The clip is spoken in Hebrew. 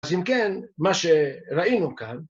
אז אם כן, מה שראינו כאן